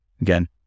Again